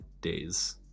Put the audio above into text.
days